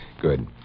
Good